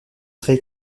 très